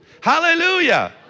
Hallelujah